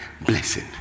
blessing